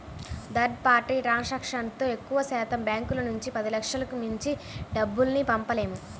third party ట్రాన్సాక్షన్తో ఎక్కువశాతం బ్యాంకుల నుంచి పదిలక్షలకు మించి డబ్బుల్ని పంపలేము